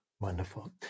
Wonderful